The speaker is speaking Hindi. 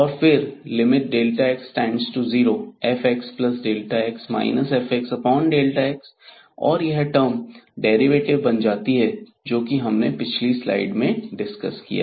और फिर x→0fxx fx और यह टर्म डेरिवेटिव बन जाती है जो हमने पिछली स्लाइड में डिस्कस किया